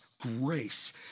grace